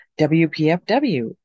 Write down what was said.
WPFW